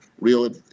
real